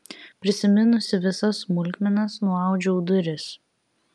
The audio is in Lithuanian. prisiminusi visas smulkmenas nuaudžiau duris